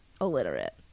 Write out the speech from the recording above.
illiterate